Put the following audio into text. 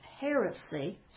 heresy